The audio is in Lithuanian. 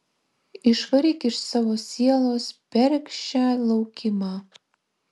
išvaryk iš savo sielos bergždžią laukimą